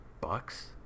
bucks